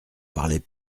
parlez